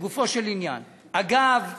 לגופו של עניין, אגב,